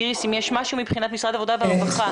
איריס, אם יש משהו מבחינת משרד העבודה והרווחה.